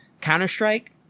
Counter-Strike